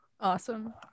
awesome